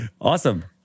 Awesome